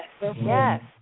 Yes